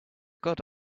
good